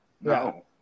no